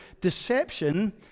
deception